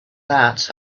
that